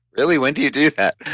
really, when do you do that?